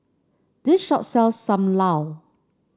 this shop sells Sam Lau